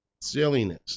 silliness